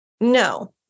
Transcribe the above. No